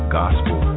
gospel